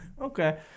Okay